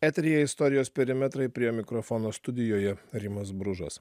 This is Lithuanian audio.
eteryje istorijos perimetrai prie mikrofono studijoje rimas bružas